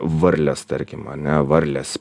varlės tarkim ane varlės